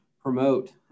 promote